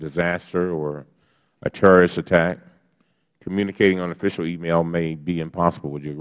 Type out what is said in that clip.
disaster or a terrorist attack communicating on official email may be impossible would you